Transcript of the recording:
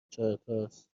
چهارتاس